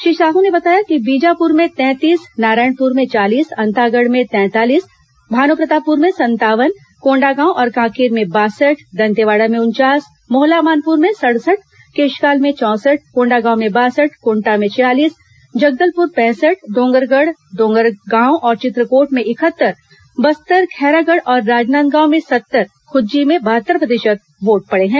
श्री साहू ने बताया कि बीजापुर में औसतन तैंतीस नारायणपुर में चालीस अंतागढ़ में तैंतालीस भानुप्रतापपुर में संतावन कोंडागांव और कांकेर में बासठ दंतेवाड़ा में उनचास मोहला मानपुर में सड़सठ केशकाल में चौंसठ कोंडागांव में बासठ कोंटा में छियालीस जगदलपुर पैंसठ डोंगरगढ़ डोंगरगांव और चित्रकोट में इकहत्तर बस्तर खैरागढ़ और राजनांदगांव में सत्तर और खुज्जी में बहत्तर प्रतिशत वोट पड़े हैं